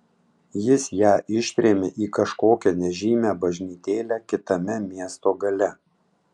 jis ją ištrėmė į kažkokią nežymią bažnytėlę kitame miesto gale